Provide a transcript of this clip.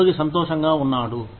ఉద్యోగి సంతోషంగా ఉన్నాడు